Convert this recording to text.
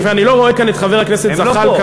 אני לא רואה כאן את חבר הכנסת זחאלקה.